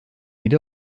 yedi